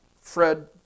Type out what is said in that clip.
Fred